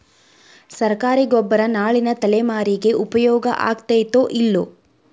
ಸರ್ಕಾರಿ ಗೊಬ್ಬರ ನಾಳಿನ ತಲೆಮಾರಿಗೆ ಉಪಯೋಗ ಆಗತೈತೋ, ಇಲ್ಲೋ?